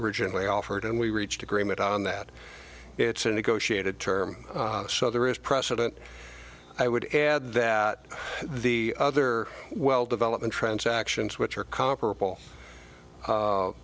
originally offered and we reached agreement on that it's a negotiated term so there is precedent i would add that the other well development transactions which are comparable